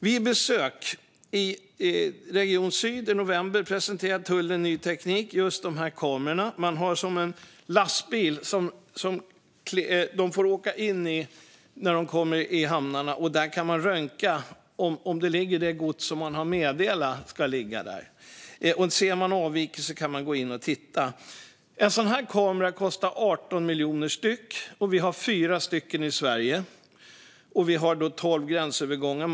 Vid ett besök i region Syd i november presenterade tullen ny teknik. Det handlar om just de här kamerorna. Man har som en lastbil med en kamera som lastbilarna får åka genom när de kommer till hamnarna. Där kan man röntga för att se om det är det gods som angetts som ligger där. Ser man en avvikelse kan man gå in och titta. En sådan här kamera kostar 18 miljoner. Vi har fyra sådana kameror i Sverige, och vi har tolv gränsövergångar.